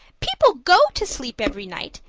people go to sleep every night,